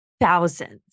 Thousands